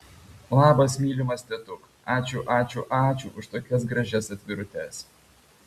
labas mylimas tetuk ačiū ačiū ačiū už tokias gražias atvirutes